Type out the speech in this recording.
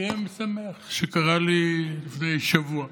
מקרה משמח שקרה לי לפני שבוע,